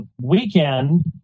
weekend